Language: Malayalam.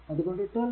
അതുകൊണ്ടു 12 വോൾട്